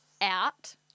out